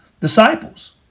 disciples